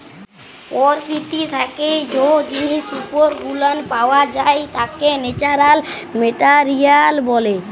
পরকীতি থাইকে জ্যে জিনিস পত্তর গুলান পাওয়া যাই ত্যাকে ন্যাচারাল মেটারিয়াল ব্যলে